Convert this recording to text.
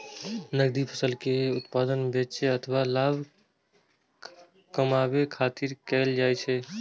नकदी फसल के उत्पादन बेचै अथवा लाभ कमबै खातिर कैल जाइ छै